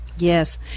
Yes